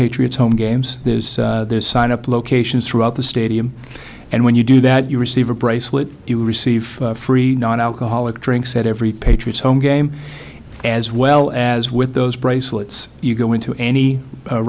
patriots home games sign up locations throughout the stadium and when you do that you receive a bracelet you receive free nonalcoholic drinks at every patriots home game as well as with those bracelets you go into any